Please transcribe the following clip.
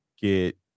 get